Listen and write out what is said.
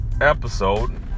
episode